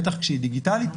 בטח כשהיא דיגיטלית,